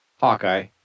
Hawkeye